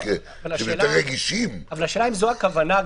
להתחיל לדון.